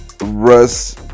Russ